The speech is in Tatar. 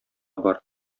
бар